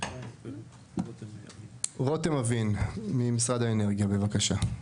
רותם אבין, משרד האנרגיה, בבקשה.